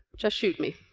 just shoot me.